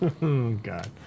God